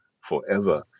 Forever